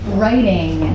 writing